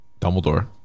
Dumbledore